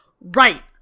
Right